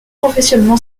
professionnel